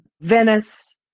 Venice